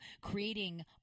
creating